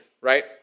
right